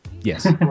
Yes